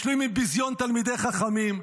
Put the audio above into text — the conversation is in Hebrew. משלים עם בזיון תלמידי חכמים,